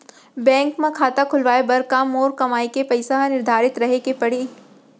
Bank म खाता खुलवाये बर का मोर कमाई के पइसा ह निर्धारित रहे के पड़ही?